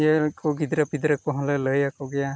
ᱤᱭᱟᱹᱠᱚ ᱜᱤᱫᱽᱨᱟᱹ ᱯᱤᱫᱽᱨᱟᱹ ᱠᱚᱦᱚᱸᱞᱮ ᱞᱟᱹᱭᱟ ᱠᱚ ᱜᱮᱭᱟ